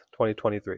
2023